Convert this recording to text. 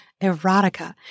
erotica